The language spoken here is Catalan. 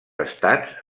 estats